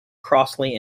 crossley